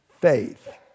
faith